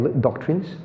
doctrines